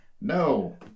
No